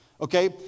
Okay